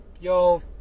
Yo